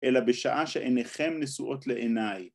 ‫אלא בשעה שעיניכם נשואות לעיניי.